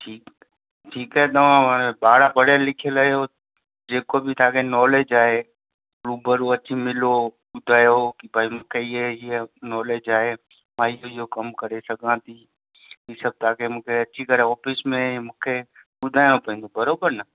ठीकु ठीकु आहे तव्हां व ॿारहां पढ़ियलु लिखियलु आहियो जेको बि तव्हांखे नॉलेज आहे रूबरू अची मिलो ॿुधायो भई मूंखे हीअ हीअ नॉलेज आहे मां इहो इहो कमु करे सघां थी ही सभु तव्हांखे मूंखे अची करे ऑफ़िस में मूंखे ॿुधाइणो पवंदो बरोबरु न